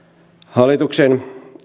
hallituksen